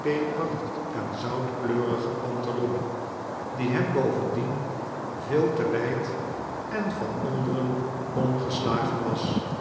peper en zoutkleuxige pantalon die hem bovendien veel te wijd en van onderen omgeslagenwas ook